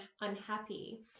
unhappy